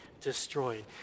destroyed